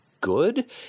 good